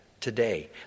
today